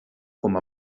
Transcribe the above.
com